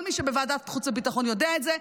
כל מי שבוועדת החוץ והביטחון יודע את זה,